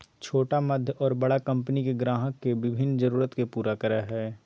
छोटा मध्य और बड़ा कंपनि के ग्राहक के विभिन्न जरूरत के पूरा करय हइ